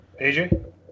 AJ